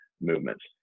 movements